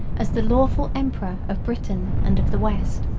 as the lawful emperor of britain and of the west.